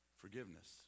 forgiveness